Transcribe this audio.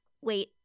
wait